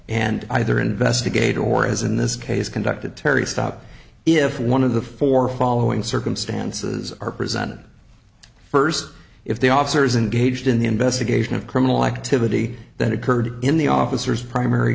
and either investigate or as in this case conducted terry stop if one of the four following circumstances are presented first if the officer isn't gauged in the investigation of criminal activity that occurred in the officers primary